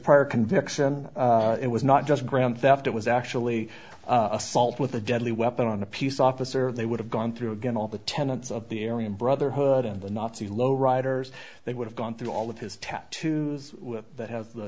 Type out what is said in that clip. prior conviction it was not just grand theft it was actually assault with a deadly weapon on a peace officer they would have gone through again all the tenants of the area and brotherhood and the nazi low riders they would have gone through all of his tattoos that have